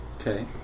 Okay